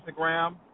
Instagram